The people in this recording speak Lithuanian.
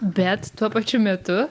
bet tuo pačiu metu